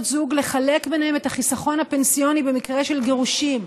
זוג לחלק ביניהם את החיסכון הפנסיוני במקרה של גירושים,